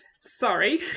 sorry